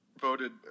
voted